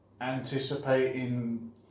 anticipating